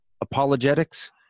apologetics